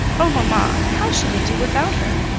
oh! mama, how shall we do without her?